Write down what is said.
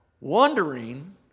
wondering